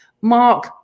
mark